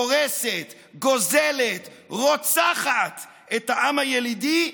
הורסת, גוזלת, רוצחת את העם הילידי,